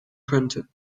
könnte